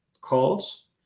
calls